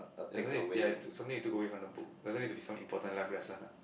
there's something ya to something you took away from the book doesn't need to be some important life lesson lah